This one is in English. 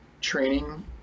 training